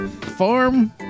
Farm